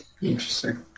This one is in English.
Interesting